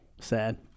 Sad